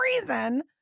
reason